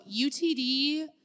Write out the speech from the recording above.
UTD